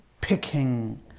picking